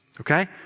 okay